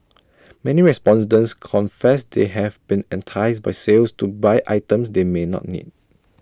many respondents confess they have been enticed by sales to buy items they may not need